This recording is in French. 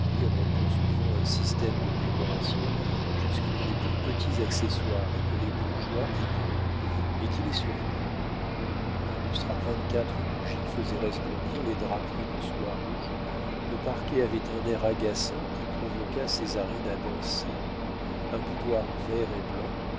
en poursuivant un système de décoration jusque dans les plus petits accessoires et que les bourgeois ignorent mais qui les surprend un lustre à vingt-quatre bougies faisait resplendir les draperies de soie rouge le parquet avait un air agaçant qui provoqua césarine à danser un boudoir vert et blanc